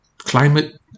climate